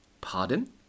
Pardon